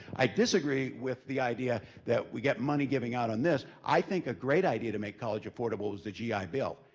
i disagree with the idea that we get money giving out on this. i think a great idea to make college affordable is the gi bill.